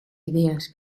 idees